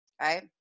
right